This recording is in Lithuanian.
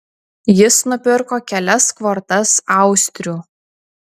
jis nupirko kelias kvortas austrių